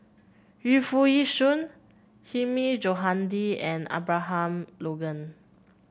Yu Foo Yee Shoon Hilmi Johandi and Abraham Logan